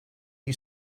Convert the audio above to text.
you